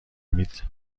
مید